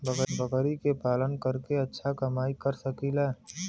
बकरी के पालन करके अच्छा कमाई कर सकीं ला?